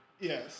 Yes